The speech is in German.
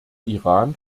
iran